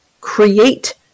create